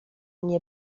nie